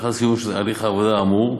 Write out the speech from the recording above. לאחר סיומו של הליך העבודה האמור,